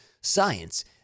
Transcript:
science